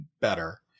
better